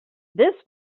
this